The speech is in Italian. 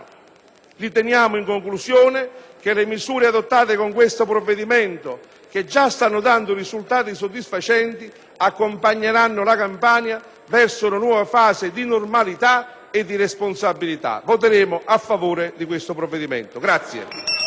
Riteniamo, in conclusione, che le misure adottate con questo provvedimento, che già stanno dando risultati soddisfacenti, accompagneranno la Campania verso una nuova fase di normalità e responsabilità. Per tutti questi motivi, voteremo